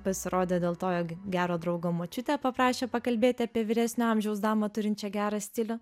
pasirodė dėl to jog gero draugo močiutė paprašė pakalbėti apie vyresnio amžiaus damą turinčią gerą stilių